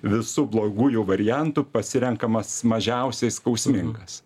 visų blogųjų variantų pasirenkamas mažiausiai skausmingas